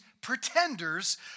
pretenders